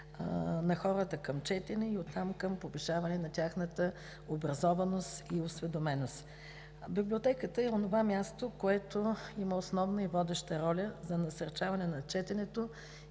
на хората към четенето и оттам към повишаване на тяхното ниво на образованост и осведоменост. Библиотеката е онова място, което има основна и водеща роля за насърчаване на четенето